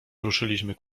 ruszyliśmy